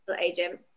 agent